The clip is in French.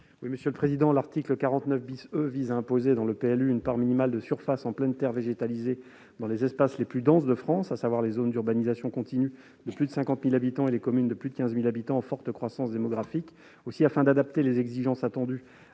M. Frédéric Marchand. L'article 49 E impose, dans le cadre du PLU, une part minimale de surface en pleine terre végétalisée dans les espaces les plus denses de France, à savoir les zones d'urbanisation continue de plus de 50 000 habitants et les communes de plus de 15 000 habitants en forte croissance démographique. Afin d'adapter les exigences à